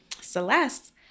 Celeste